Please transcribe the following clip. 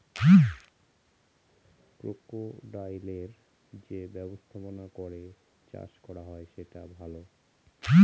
ক্রোকোডাইলের যে ব্যবস্থাপনা করে চাষ করা হয় সেটা ভালো